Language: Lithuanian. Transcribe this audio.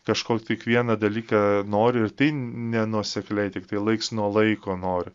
kažkokį tik vieną dalyką noriu ir tai nenuosekliai tiktai laiks nuo laiko noriu